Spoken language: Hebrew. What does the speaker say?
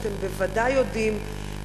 אתם בוודאי יודעים,